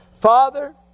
Father